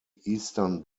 eastern